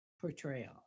portrayal